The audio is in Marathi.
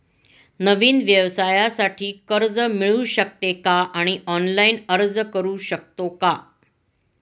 नवीन व्यवसायासाठी कर्ज मिळू शकते का आणि ऑनलाइन अर्ज करू शकतो का?